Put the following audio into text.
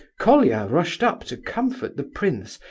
colia rushed up to comfort the prince,